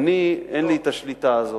שאני, אין לי השליטה הזאת.